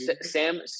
Sam